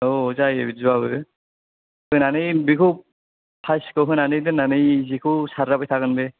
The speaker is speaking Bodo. औ जायो बिदिबाबो होनानै बेखौ फासिखौ होनानै दोननानै जेखौ सारजाबाय थागोन बे